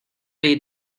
ahí